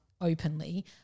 openly